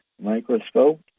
Microscope